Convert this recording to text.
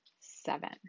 seven